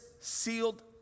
sealed